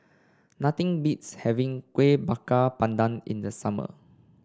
nothing beats having Kuih Bakar Pandan in the summer